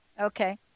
Okay